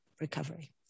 recovery